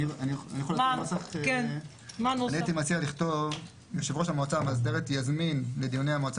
אני הייתי מציע לכתוב: יושב-ראש המועצה המאסדרת יזמין לדיוני המועצה